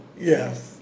Yes